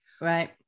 right